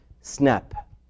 snap